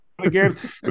Again